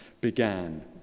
began